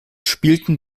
spielten